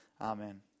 Amen